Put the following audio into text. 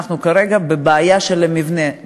אנחנו כרגע בבעיה של מבנה,